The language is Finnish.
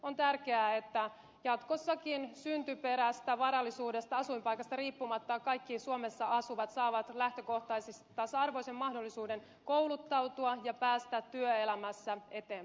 on tärkeää että jatkossakin syntyperästä varallisuudesta asuinpaikasta riippumatta kaikki suomessa asuvat saavat lähtökohtaisesti tasa arvoisen mahdollisuuden kouluttautua ja päästä työelämässä eteenpäin